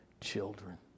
children